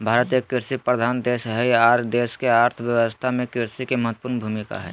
भारत एक कृषि प्रधान देश हई आर देश के अर्थ व्यवस्था में कृषि के महत्वपूर्ण भूमिका हई